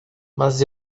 mas